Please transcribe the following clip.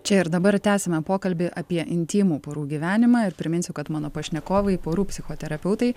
čia ir dabar tęsiame pokalbį apie intymų porų gyvenimą ir priminsiu kad mano pašnekovai porų psichoterapeutai